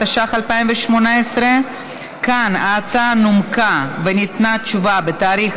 התשע"ח 2018. כאן ההצעה נומקה וניתנה תשובה בתאריך